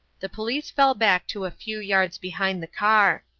the police fell back to a few yards behind the car.